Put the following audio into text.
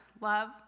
love